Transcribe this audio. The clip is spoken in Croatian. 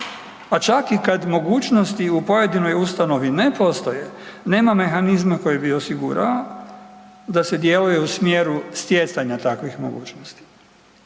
pa čak i kad mogućnosti u pojedinoj ustanovi ne postoje nema mehanizma koji bi osigurao da se djeluje u smjeru stjecanja takvih mogućnosti.